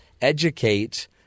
educate